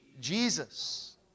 Jesus